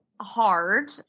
hard